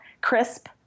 crisp